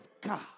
God